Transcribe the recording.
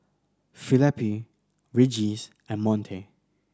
Felipe Regis and Monte